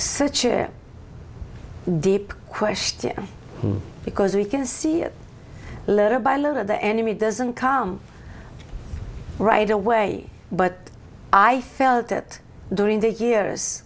such a deep question because we can see little by little of the enemy doesn't come right away but i think that during the years